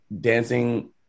dancing